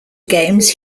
games